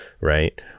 right